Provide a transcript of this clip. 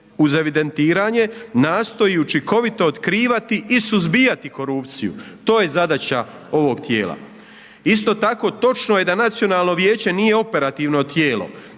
uz evidentiranje, nastoji učinkovito otkrivati i suzbijati korupciju, to je zadaća ovog tijela. Isto tako, točno je da Nacionalno vijeće nije operativno tijelo